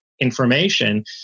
information